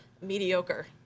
mediocre